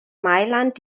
mailand